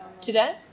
Today